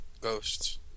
ghosts